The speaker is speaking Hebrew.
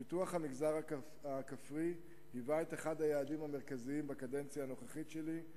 פיתוח המגזר הכפרי היה אחד היעדים המרכזיים בקדנציה הנוכחית שלי,